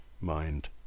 Mind